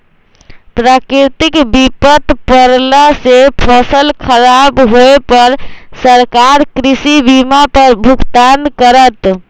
प्राकृतिक विपत परला से फसल खराब होय पर सरकार कृषि बीमा पर भुगतान करत